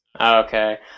Okay